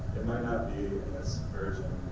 it might not be in this version